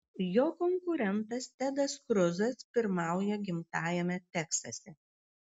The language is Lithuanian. jo konkurentas tedas kruzas pirmauja gimtajame teksase